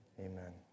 Amen